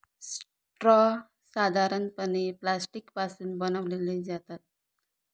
straw साधारणपणे plastic पासून बनवले जातात